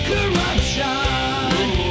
Corruption